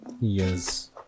Yes